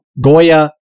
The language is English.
Goya